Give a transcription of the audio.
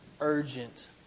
urgent